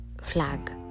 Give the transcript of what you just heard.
flag